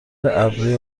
ابروی